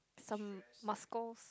some muscles